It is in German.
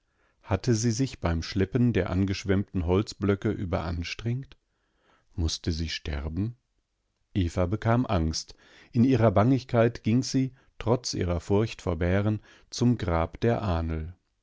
hatte sie sich beim schleppen der angeschwemmten holzblöcke überanstrengt mußte sie sterben eva bekam angst in ihrer bangigkeit ging sie trotz ihrer furcht vor bären zum grab der ahnl